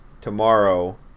tomorrow